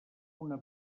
una